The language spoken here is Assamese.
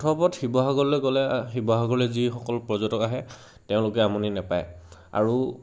মুঠৰ ওপৰত শিৱসাগৰলৈ গ'লে শিৱসাগৰলৈ যিসকল পৰ্যটক আহে তেওঁলোকে আমনি নেপায় আৰু